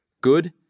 Good